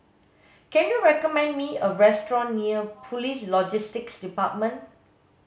can you recommend me a restaurant near Police Logistics Department